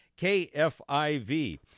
KFIV